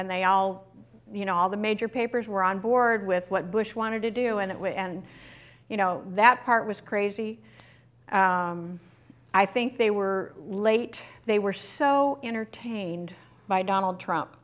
and they all you know all the major papers were onboard with what bush wanted to do and it will and you know that part was crazy i think they were late they were so entertained by donald trump